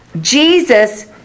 Jesus